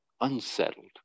unsettled